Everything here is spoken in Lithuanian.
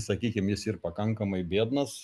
sakykim jis yr pakankamai biednas